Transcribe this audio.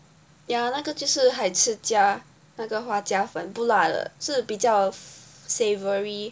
ya 那个就是海吃家那个花椒粉不辣的是比较 savoury